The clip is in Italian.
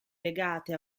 legate